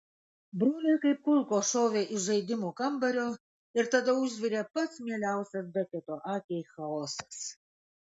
broliai kaip kulkos šovė iš žaidimų kambario ir tada užvirė pats mieliausias beketo akiai chaosas